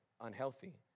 unhealthy